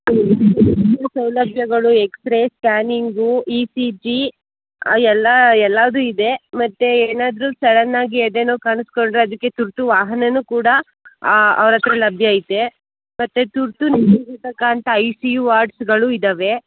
ಸೌಲಭ್ಯಗಳು x ray scanning E C G ಎಲ್ಲ ಎಲ್ಲವು ಇದೆ ಮತ್ತು ಏನಾದರೂ ಸಡನ್ ಆಗಿ ಎದೆ ನೋವು ಕಾಣಿಸ್ಕೊಂಡ್ರೆ ಅದಕ್ಕೆ ತುರ್ತು ವಾಹನವೂ ಕೂಡ ಅವರ ಹತ್ರ ಲಭ್ಯ ಐತೆ ಮತ್ತು ತುರ್ತು ಐ ಸಿ ಯು ವಾರ್ಡ್ಸಗಳೂ ಇದಾವೆ